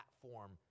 platform